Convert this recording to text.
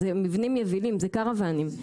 אלה מבנים יבילים, זה קרוואנים.